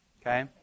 Okay